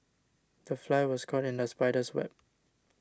the fly was caught in the spider's web